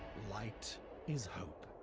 light is hope.